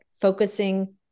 focusing